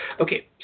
Okay